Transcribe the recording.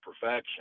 perfection